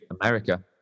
America